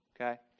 okay